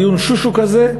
דיון "שושו" כזה,